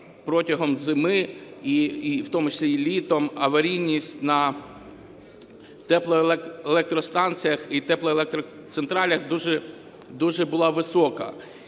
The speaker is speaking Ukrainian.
протягом зими, і в тому числі і літом, аварійність на теплоелектростанціях і теплоелектроцентралях дуже була висока,